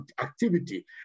activity